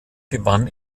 gewann